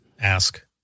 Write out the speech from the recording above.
ask